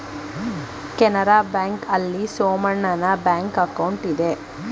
Canara bank ಆಲ್ಲಿ ಸೋಮಣ್ಣನ bank account ಇದೆ